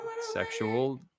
sexual